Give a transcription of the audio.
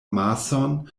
mason